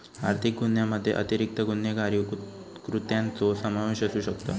आर्थिक गुन्ह्यामध्ये अतिरिक्त गुन्हेगारी कृत्यांचो समावेश असू शकता